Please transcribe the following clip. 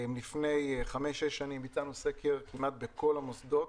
לפני חמש-שש שנים ביצענו סקר כמעט בכל המוסדות.